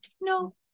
no